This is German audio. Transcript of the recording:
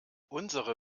unsere